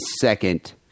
second